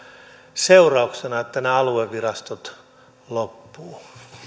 seurauksena että nämä aluevirastot loppuvat